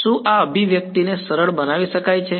શું આ અભિવ્યક્તિને સરળ બનાવી શકાય છે